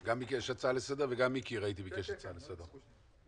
וגם מיקי לוי ביקש הצעה לסדר.